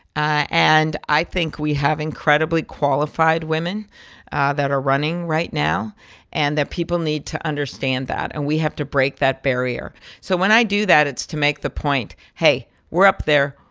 and i think we have incredibly qualified women that are running right now and that people need to understand that. and we have to break that barrier so when i do that, it's to make the point, hey, we're up there.